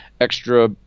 extra